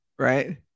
Right